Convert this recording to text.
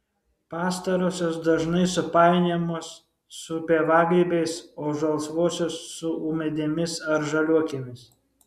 pastarosios dažnai supainiojamos su pievagrybiais o žalsvosios su ūmėdėmis ar žaliuokėmis